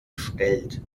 stellt